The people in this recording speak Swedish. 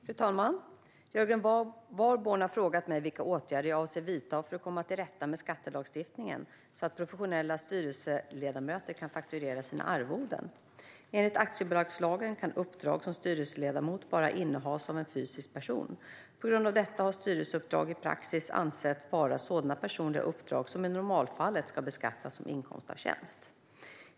Fru talman! Jörgen Warborn har frågat mig vilka åtgärder jag avser att vidta för att komma till rätta med skattelagstiftningen, så att professionella styrelseledamöter kan fakturera sina arvoden. Enligt aktiebolagslagen kan uppdrag som styrelseledamot bara innehas av en fysisk person. På grund av detta har styrelseuppdrag i praxis ansetts vara sådana personliga uppdrag som i normalfallet ska beskattas som inkomst av tjänst.